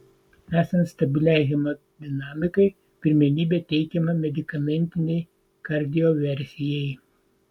esant stabiliai hemodinamikai pirmenybė teikiama medikamentinei kardioversijai